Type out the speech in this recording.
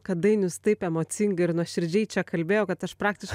kad dainius taip emocingai ir nuoširdžiai čia kalbėjo kad aš praktiškai